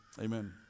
amen